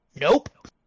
Nope